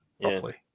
roughly